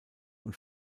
und